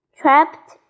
trapped